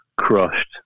crushed